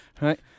right